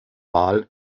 wahl